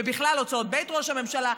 ובכלל הוצאות בית ראש הממשלה,